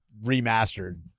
remastered